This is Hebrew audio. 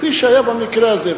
כפי שהיה במקרה הזה.